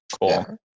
Cool